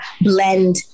blend